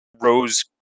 rose